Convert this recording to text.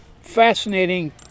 fascinating